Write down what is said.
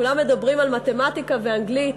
כולם מדברים על מתמטיקה ואנגלית.